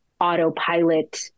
autopilot